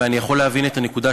ואני יכול להבין את הנקודה,